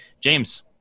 James